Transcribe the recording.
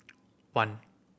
one